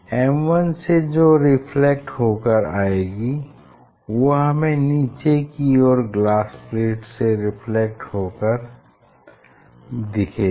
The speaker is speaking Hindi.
M1 से जो रे रिफ्लेक्ट होकर आएगी वो हमें नीचे की ओर ग्लास प्लेट से रिफ्लेक्ट होकर दिखेगी